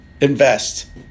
Invest